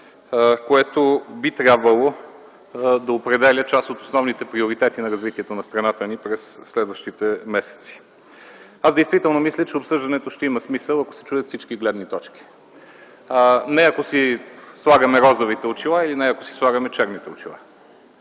което би трябвало да определя част от основните приоритети на развитие на страната ни през следващите месеци. Мисля, че обсъждането ще има смисъл, ако се чуят всички гледни точки, а не ако си слагаме розовите или черните очила.